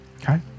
okay